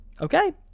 Okay